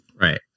Right